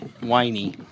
whiny